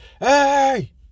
hey